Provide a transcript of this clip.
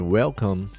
welcome